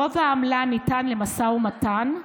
גובה העמלה ניתן למשא ומתן,